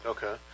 Okay